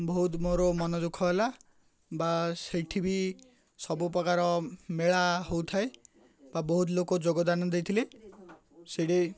ବହୁତ ମୋର ମନଦୁଃଖ ହେଲା ବା ସେଇଠି ବି ସବୁପ୍ରକାର ମେଳା ହେଉଥାଏ ବା ବହୁତ ଲୋକ ଯୋଗଦାନ ଦେଇଥିଲେ ସେଇଠି